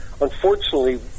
Unfortunately